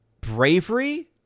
bravery